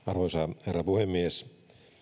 arvoisa herra puhemies